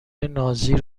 نازی